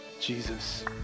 Jesus